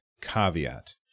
caveat